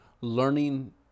learning